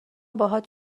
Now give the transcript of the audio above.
باهات